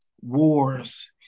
wars